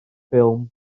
ffilm